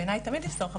בעיניי תמיד יש צורך,